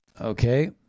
Okay